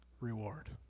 reward